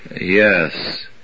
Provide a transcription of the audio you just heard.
Yes